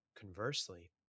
Conversely